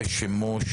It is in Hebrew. שימוש